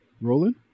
Roland